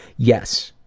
yes!